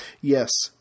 Yes